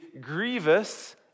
grievous